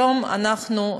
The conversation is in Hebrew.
היום אנחנו,